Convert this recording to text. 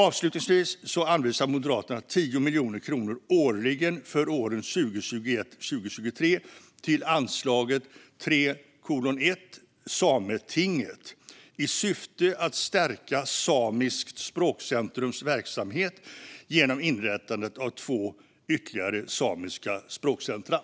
Avslutningsvis anvisar Moderaterna 10 miljoner kronor årligen för åren 2021-2023 till anslaget 3:1 Sametinget i syfte att stärka Samiskt språkcentrums verksamhet genom inrättandet av två ytterligare samiska språkcentrum.